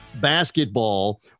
basketball